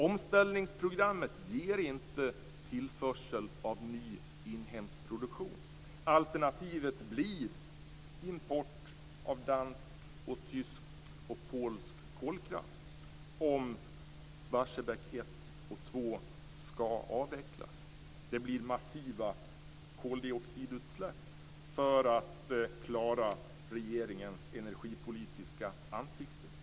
Omställningsprogrammet ger inte tillförsel av ny inhemsk produktion. Om Barsebäck 1 och 2 skall avvecklas blir alternativet import av dansk, tysk och polsk kolkraft. Det blir massiva koldioxidutsläpp för att klara regeringens energipolitiska ansikte.